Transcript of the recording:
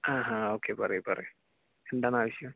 ആഹാ okay പറയൂ പറയൂ എന്താണാവശ്യം